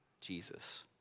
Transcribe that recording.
Jesus